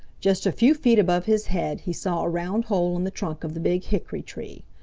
just a few feet above his head he saw a round hole in the trunk of the big hickory-tree.